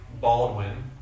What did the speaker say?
Baldwin